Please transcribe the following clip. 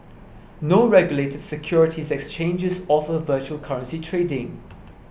no regulated securities exchanges offer virtual currency trading